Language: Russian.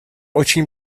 очень